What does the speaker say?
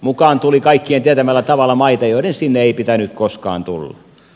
mukaan tuli kaikkien tietämällä tavalla maita joiden sinne ei pitänyt koskaan tulla